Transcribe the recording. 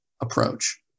approach